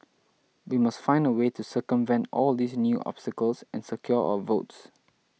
we must find a way to circumvent all these new obstacles and secure our votes